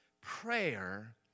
prayer